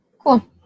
Cool